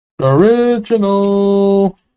Original